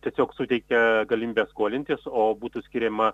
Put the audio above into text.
tiesiog suteikia galimybę skolintis o būtų skiriama